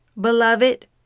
beloved